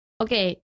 Okay